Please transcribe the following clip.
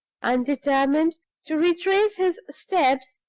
and determined to retrace his steps,